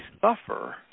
suffer